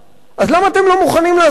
אז למה אתם לא מוכנים לעשות את זה?